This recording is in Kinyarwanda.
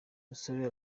musore